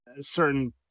certain